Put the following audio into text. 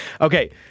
Okay